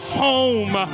home